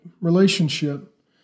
relationship